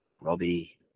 Robbie